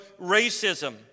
racism